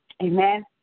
Amen